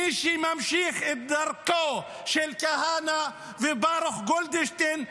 מי שממשיך את דרכו של כהנא וברוך גולדשטיין,